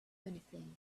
anything